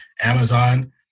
Amazon